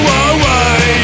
away